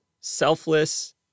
selfless